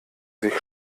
sich